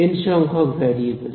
N সংখ্যক variable